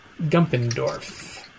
Gumpendorf